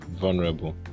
vulnerable